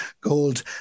gold